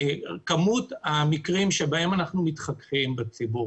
יכול להיות שבכמות המקרים שבהם אנחנו מתחככים עם הציבור,